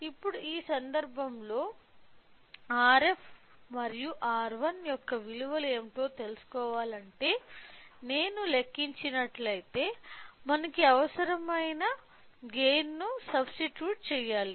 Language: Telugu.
ఇప్పుడు ఈ సందర్భంలో Rf మరియు R1 యొక్క విలువలు ఏమిటో తెలుసుకోవాలంటే నేను లెక్కించినట్లయితే మనకు అవసరమైన గైన్ ను సబ్స్టిట్యూట్ చేయాలి